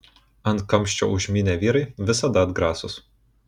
ant kamščio užmynę vyrai visada atgrasūs